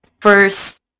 first